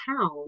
town